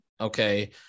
Okay